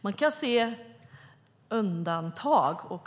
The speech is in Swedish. Man kan se undantag.